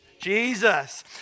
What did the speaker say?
Jesus